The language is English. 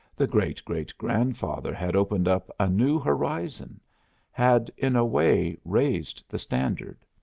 the great-great-grandfather had opened up a new horizon had, in a way, raised the standard.